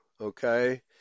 Okay